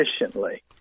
efficiently